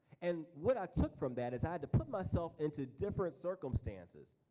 and what i took from that is i had to put myself into different circumstances.